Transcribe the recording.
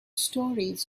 stories